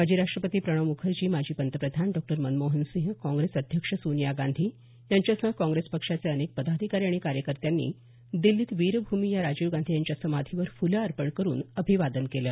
माजी राष्ट्रपती प्रणव मुखर्जी माजी पंतप्रधान डॉ मनमोहनसिंह काँग्रेस अध्यक्ष सोनिया गांधी यांच्यासह काँग्रेस पक्षाचे अनेक पदाधिकारी आणि कार्यकर्त्यांनी दिल्लीत वीरभूमी या राजीव गांधी यांच्या समाधीवर फुलं अर्पण करून अभिवादन केलं